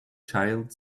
child